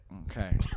okay